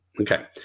Okay